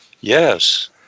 Yes